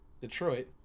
Detroit